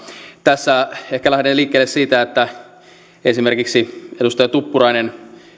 tässä ehkä lähden liikkeelle siitä mihin esimerkiksi edustaja tuppurainen